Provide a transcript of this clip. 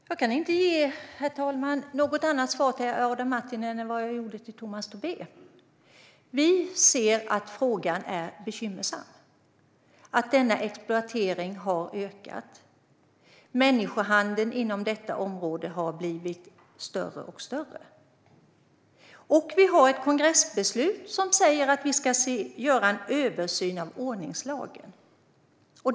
Herr talman! Jag kan inte ge något annat svar till Adam Marttinen än jag gav till Tomas Tobé. Vi ser att frågan är bekymmersam. Denna exploatering har ökat. Människohandeln inom detta område har blivit större och större. Vi har ett kongressbeslut som säger att vi ska göra en översyn av ordningslagen.